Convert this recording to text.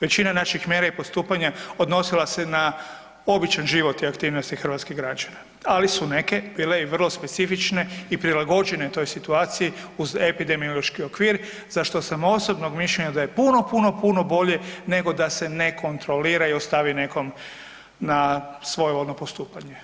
Većina naših mjera i postupanja odnosila sa ne običan život i aktivnosti hrvatskih građana, ali su neke bile i vrlo specifične i prilagođene toj situaciji uz epidemiološki okvir za što sam osobnog mišljenja da je puno, puno, puno bolje nego da se ne kontrolira i ostavi nekom na svojevoljno postupanje.